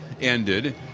ended